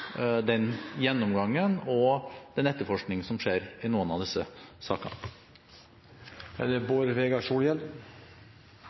den gjennomgangen og den etterforskningen som skjer i noen av disse sakene. Eg òg synest det